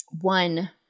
one